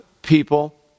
People